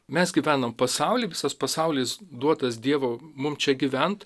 mes gyvenam pasauly visas pasaulis duotas dievo mum čia gyvent